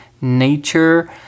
nature